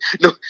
No